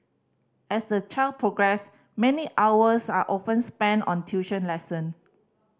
as the children progress many hours are often spent on tuition lesson